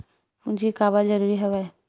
पूंजी काबर जरूरी हवय?